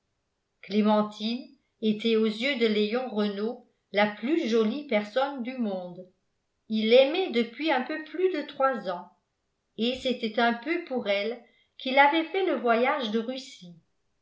clémentine était aux yeux de léon renault la plus jolie personne du monde il l'aimait depuis un peu plus de trois ans et c'était un peu pour elle qu'il avait fait le voyage de russie